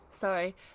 sorry